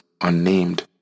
unnamed